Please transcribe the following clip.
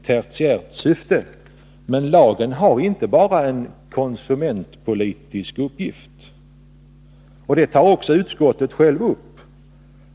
tertiära syftet, men lagen har inte bara en konsumentpolitisk uppgift. Det tar utskottet också självt upp.